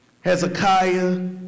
Hezekiah